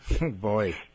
Boy